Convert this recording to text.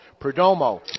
Perdomo